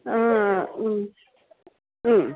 ആ ഉം ഉം